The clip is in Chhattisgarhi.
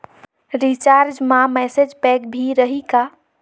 रिचार्ज मा मैसेज पैक भी रही का?